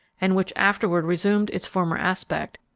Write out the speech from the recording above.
and which afterward resumed its former aspect,